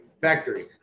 factory